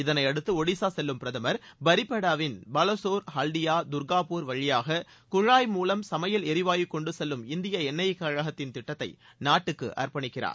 இதனையடுத்து ஒடிசா செல்லும் பிரதமர் பரிபாதாவின் பாலசோர் ஹாவ்டியா தர்காப்பூர் வழியாக குழாய் மூலம் சனமயல் எரிவாயு கொண்டு செல்லும் இந்திய எண்ணெய்க் கழகத்தின் திட்டத்தை நாட்டுக்கு அர்ப்பணிக்கிறார்